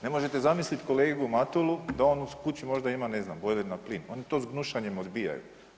Ne možete zamisliti kolegu Matulu da on u kući možda ima ne znam, bojler na plin, oni to s gnušanjem odbijaju.